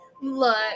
Look